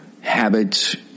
habits